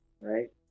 Right